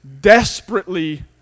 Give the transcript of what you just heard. desperately